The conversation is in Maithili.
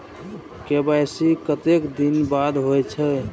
के.वाई.सी कतेक दिन बाद होई छै?